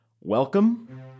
Welcome